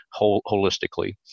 holistically